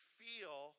feel